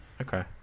okay